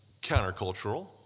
countercultural